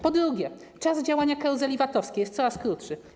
Po drugie, czas działania karuzeli VAT-owskiej jest coraz krótszy.